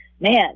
man